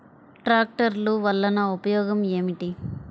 ట్రాక్టర్లు వల్లన ఉపయోగం ఏమిటీ?